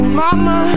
mama